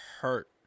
Hurt